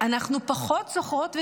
אנחנו פחות זוכרות וזוכרים,